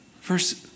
First